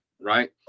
right